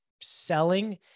selling